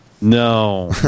No